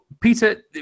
Peter